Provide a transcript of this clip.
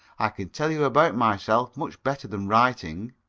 i can tell you about myself much better than writing.